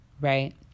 right